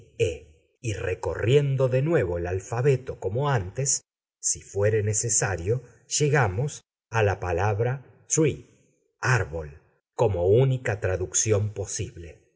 y recorriendo de nuevo el alfabeto como antes si fuere necesario llegamos a la palabra tree árbol como única traducción posible